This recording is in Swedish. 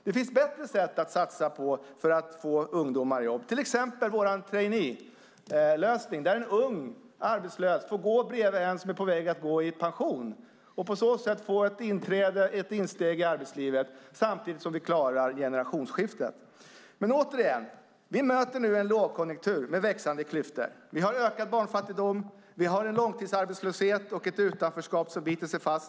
Det finns bättre sätt att satsa på för att få ungdomar i jobb, till exempel vår traineelösning, där en ung arbetslös får gå bredvid en som är på väg att gå i pension och på så sätt få ett insteg i arbetslivet, samtidigt som vi klarar generationsskiftet. Återigen: Vi möter nu en lågkonjunktur med växande klyftor. Vi har ökad barnfattigdom, långtidsarbetslöshet och ett utanförskap som biter sig fast.